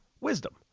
Wisdom